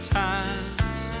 times